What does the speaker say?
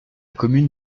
commune